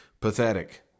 pathetic